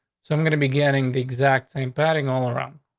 so i'm gonna be getting the exact same patting all around.